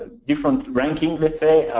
different rankings, let's say.